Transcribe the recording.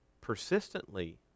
persistently